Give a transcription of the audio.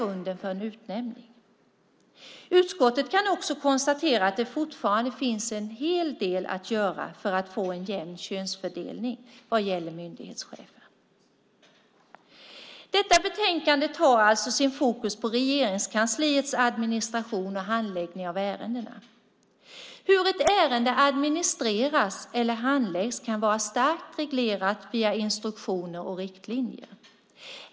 Utskottet kan också konstatera att det fortfarande finns en hel del att göra för att få en jämn könsfördelning vad gäller myndighetschefer. Detta betänkande tar alltså fokus på Regeringskansliets administration och handläggning av ärenden. Hur ett ärende administreras eller handläggs kan vara starkt reglerat via instruktioner och riktlinjer.